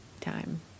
time